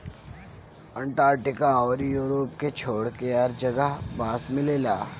Antarctica अउरी Europe के छोड़के हर जगह बांस मिलेला